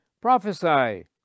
Prophesy